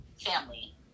family